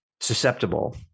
susceptible